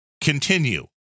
continue